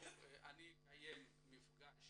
אני אקיים מפגש